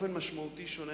באופן משמעותי שונה